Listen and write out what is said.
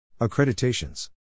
Accreditations